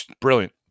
Brilliant